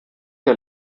der